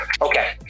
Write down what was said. Okay